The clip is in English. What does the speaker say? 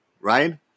right